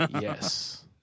Yes